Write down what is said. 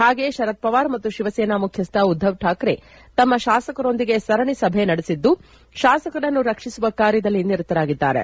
ಹಾಗೆಯೇ ಶರದ್ ಪವಾರ್ ಮತ್ತು ಶಿವಸೇನಾ ಮುಖ್ಯಸ್ವ ಉದ್ದವ್ ಠಾಕ್ರೆ ತಮ್ಮ ಶಾಸಕರೊಂದಿಗೆ ಸರಣಿ ಸಭೆ ನಡೆಸಿದ್ದು ಶಾಸಕರನ್ನು ರಕ್ಷಿಸುವ ಕಾರ್ಯದಲ್ಲಿ ನಿರತರಾಗಿದ್ದಾರೆ